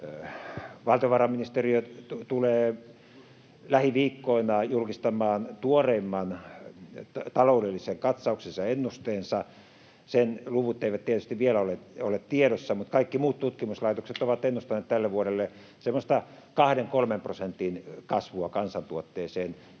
Valtiovarainministeriö tulee lähiviikkoina julkistamaan tuoreimman taloudellisen katsauksensa ja ennusteensa. Sen luvut eivät tietysti vielä ole tiedossa, mutta kaikki muut tutkimuslaitokset ovat ennustaneet tälle vuodelle semmoista 2—3 prosentin kasvua kansantuotteeseen.